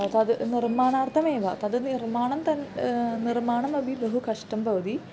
तद् निर्माणार्थमेव तद् निर्माणं तन् निर्माणमपि बहु कष्टं भवति